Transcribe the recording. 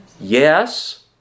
Yes